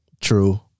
True